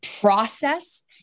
process